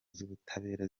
z’ubutabera